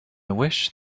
wish